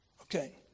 Okay